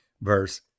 verse